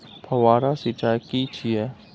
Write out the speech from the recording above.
फव्वारा सिंचाई की छिये?